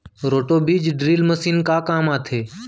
Roto बीज drill machine का काम आथे?